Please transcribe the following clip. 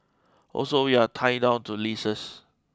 also we are tied down to leases